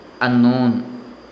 unknown